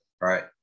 right